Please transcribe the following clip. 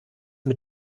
mit